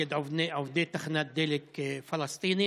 נגד עובדי תחנת דלק פלסטינים.